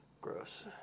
Gross